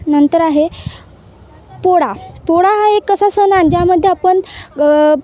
नंतर आहे पोळा पोळा हा एक असा सण आणि ज्यामध्ये आपण